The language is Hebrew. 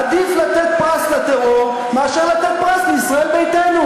עדיף לתת פרס לטרור מאשר לתת פרס לישראל ביתנו.